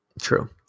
True